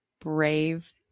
brave